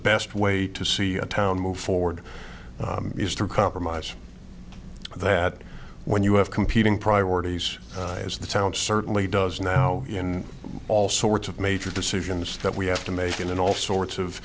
best way to see a town move forward is through compromise that when you have competing priorities as the town certainly does now in all sorts of major decisions that we have to make and all sorts of